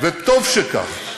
וטוב שכך,